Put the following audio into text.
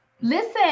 Listen